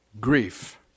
grief